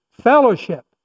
fellowship